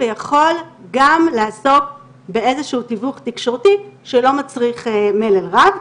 ויכול גם לעסוק באיזה שהוא תיווך תקשורתי שלא מצריך מלל רב.